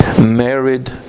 married